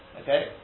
okay